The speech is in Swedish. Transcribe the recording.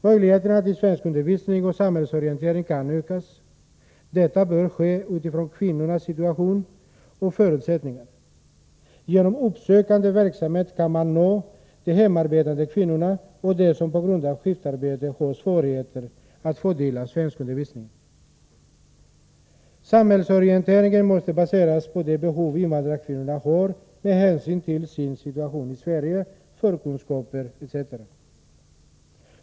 Möjligheterna till svenskundervisning och samhällsorientering kan ökas. Detta bör ske utifrån kvinnornas situation och förutsättningar. Genom uppsökande verksamhet kan man nå de hemarbetande kvinnorna och dem som på grund av skiftarbete har svårigheter att få del av svenskundervisningen. Samhällsorienteringen måste baseras på de behov invandrarkvinnorna har - Nr 106 med hänsyn till deras situation i Sverige, förkunskaper etc.